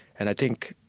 and i think,